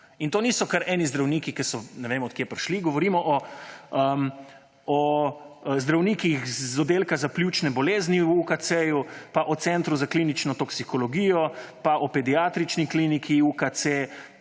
In to niso kar neki zdravniki, ki so ne vem od kod prišli. Govorimo o zdravnikih z Oddelka za pljučne bolezni v UKC pa o Centru za klinično toksikologijo in farmakologijo pa o Pediatrični kliniki UKC